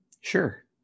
Sure